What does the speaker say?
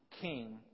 king